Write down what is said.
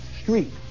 street